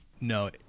no